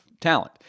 talent